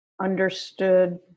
understood